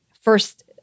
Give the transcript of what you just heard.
first